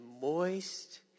moist